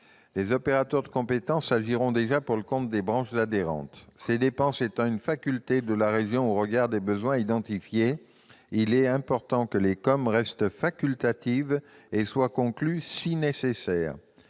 Les opérateurs de compétences agiront pour le compte des branches adhérentes. Ces dépenses étant une faculté de la région au regard des besoins identifiés, il est important que les conventions d'objectifs et de moyens restent